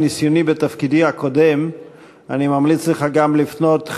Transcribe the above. מניסיוני בתפקידי הקודם אני ממליץ לך גם לפנות,